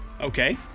Okay